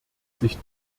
sich